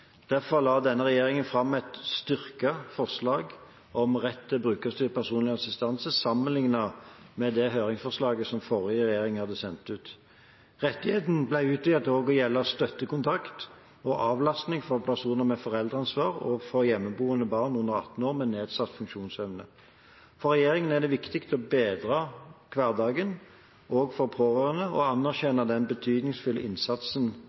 Derfor la denne regjeringen fram et styrket forslag om rett til brukerstyrt personlig assistanse sammenliknet med det høringsforslaget som den forrige regjeringen hadde sendt ut. Rettigheten ble utvidet til også å gjelde støttekontakt og avlastning for personer med foreldreansvar for hjemmeboende barn under 18 år med nedsatt funksjonsevne. For regjeringen er det viktig å bedre hverdagen også for pårørende og anerkjenne den betydningsfulle innsatsen